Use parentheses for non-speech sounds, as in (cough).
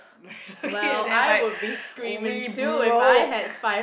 (laughs) okay never mind we broke